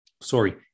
sorry